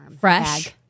fresh